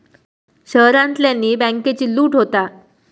शहरांतल्यानी बॅन्केची लूट होता